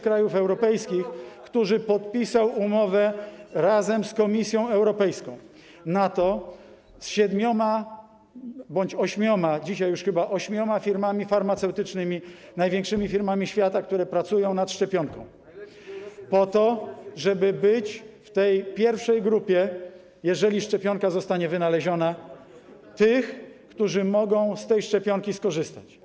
krajów europejskich, które podpisały umowę, razem z Komisją Europejską, z siedmioma bądź ośmioma, dzisiaj już chyba ośmioma, firmami farmaceutycznymi, największymi firmami świata, które pracują nad szczepionką, po to, żeby być w pierwszej grupie, jeżeli szczepionka zostanie wynaleziona, tych, którzy mogą z tej szczepionki skorzystać.